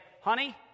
Honey